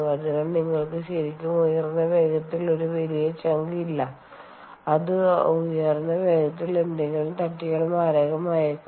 അതിനാൽ നിങ്ങൾക്ക് ശരിക്കും ഉയർന്ന വേഗതയിൽ ഒരു വലിയ ചങ്ക് ഇല്ല അത് ആ ഉയർന്ന വേഗതയിൽ എന്തെങ്കിലും തട്ടിയാൽ മാരകമായേക്കാം